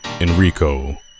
Enrico